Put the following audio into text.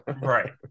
right